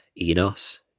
Enos